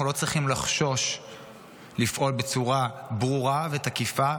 אנחנו לא צריכים לחשוש לפעול בצורה ברורה ותקיפה,